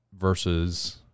versus